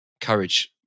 Courage